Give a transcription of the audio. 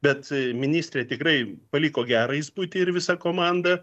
bet ministrė tikrai paliko gerą įspūdį ir visa komanda